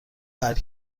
برگ